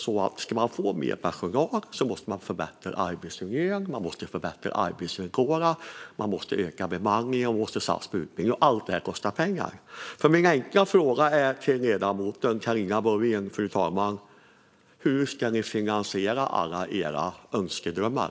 Ska man få mer personal måste man förbättra arbetsmiljön och arbetsvillkoren. Man måste öka bemanningen och satsa på utbildning. Allt detta kostar pengar. Fru talman! Min enkla fråga till ledamoten Carita Boulwén är: Hur ska ni finansiera alla era önskedrömmar?